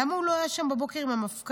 למה הוא לא היה שם בבוקר עם המפכ"ל?